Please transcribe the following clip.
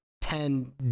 ten